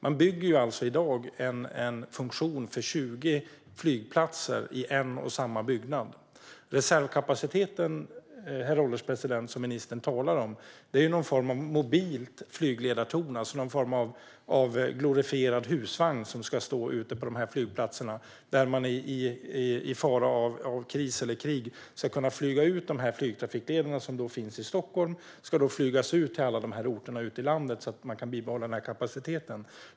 Man bygger alltså i dag en funktion för 20 flygplatser i en och samma byggnad. Reservkapaciteten som ministern talar om, herr ålderspresident, är någon form av mobilt flygledartorn - någon form av glorifierad husvagn som ska stå ute på flygplatserna. I fara för kris eller krig ska man kunna flyga ut de flygtrafikledare som finns i Stockholm till alla dessa orter ute i landet så att man kan bibehålla kapaciteten.